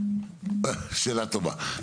שאלה טובה.